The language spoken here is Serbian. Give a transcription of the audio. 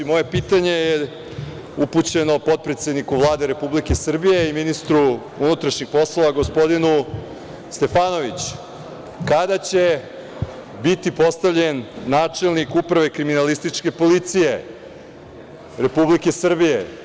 Moje pitanje je upućeno potpredsedniku Vlade Republike Srbije i ministru unutrašnjih poslova gospodinu Stefanoviću – kada će biti postavljen načelnik Uprave kriminalističke policije Republike Srbije?